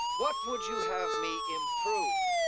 what would you have me improve?